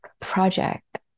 project